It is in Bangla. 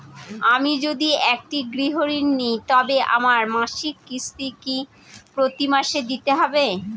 আমি যদি একটি গৃহঋণ নিই তবে আমার মাসিক কিস্তি কি প্রতি মাসে দিতে হবে?